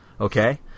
okay